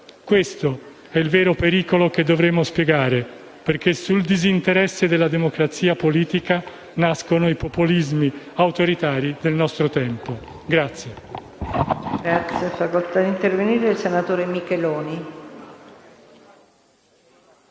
Questo è il vero pericolo che dovremo spiegare perché sul disinteresse della democrazia politica nascono i populismi autoritari del nostro tempo.